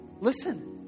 Listen